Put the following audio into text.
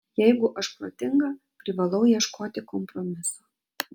jeigu aš protinga privalau ieškoti kompromiso